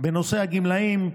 בנושא הגמלאים,